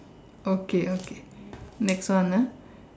okay okay next one ah